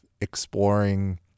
exploring